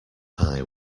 pie